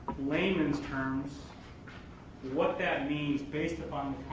lament's terms what that means based upon